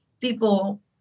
people